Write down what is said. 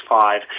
five